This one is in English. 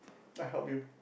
I help you